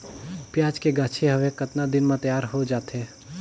पियाज के गाछी हवे कतना दिन म तैयार हों जा थे?